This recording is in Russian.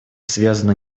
связана